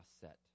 set